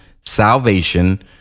salvation